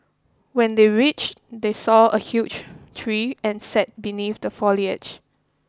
when they reached they saw a huge tree and sat beneath the foliage